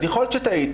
אז יכול להיות שטעיתם,